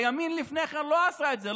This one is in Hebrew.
הימין לפני כן לא עשה את זה,